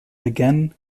again